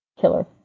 killer